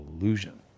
illusion